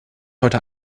heute